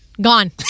Gone